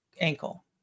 ankle